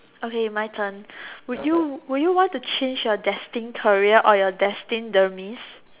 okay my turn would you would you want to change your destined career or your destined demise